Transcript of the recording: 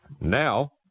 Now